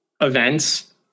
events